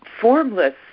formless